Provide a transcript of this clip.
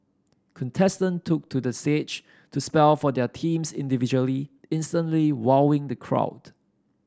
contestants took to the stage to spell for their teams individually instantly wowing the crowd